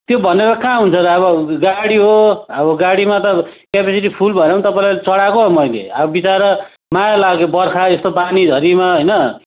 त्यो भनेर कहाँ हुन्छ र अब गाडी हो अब गाडीमा त क्यापेसिटी फुल भएर पनि तपाईँलाई चढाएको पो मैले अब विचरा माया लाग्यो बर्खा यस्तो पानीझरीमा होइन